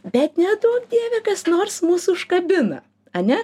bet neduok dieve kas nors mus užkabina ane